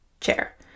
chair